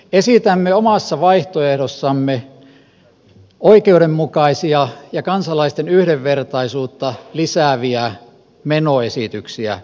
esitämme omassa vaihtoehdossamme oikeudenmukaisia ja kansalaisten yhdenvertaisuutta lisääviä menoesityksiä budjettiin